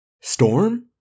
Storm